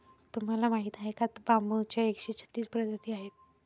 तुम्हाला माहीत आहे का बांबूच्या एकशे छत्तीस प्रजाती आहेत